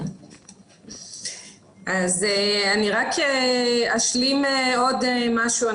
אני רק אשלים עוד משהו.